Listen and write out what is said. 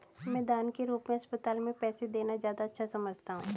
मैं दान के रूप में अस्पताल में पैसे देना ज्यादा अच्छा समझता हूँ